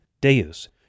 Deus